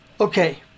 Okay